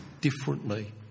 differently